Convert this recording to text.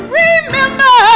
remember